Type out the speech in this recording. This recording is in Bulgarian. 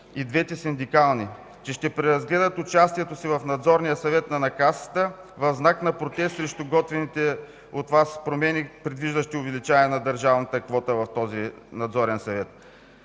и двете синдикални, че ще преразгледат участието си в Надзорния съвет на Касата в знак на протест срещу готвените от Вас промени, предвиждащи увеличаване на държавната квота в този Надзорен съвет?